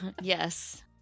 Yes